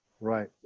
Right